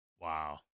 Wow